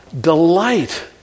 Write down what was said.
delight